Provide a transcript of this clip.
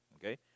Okay